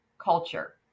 culture